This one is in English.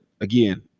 again